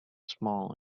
small